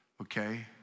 Okay